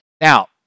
Now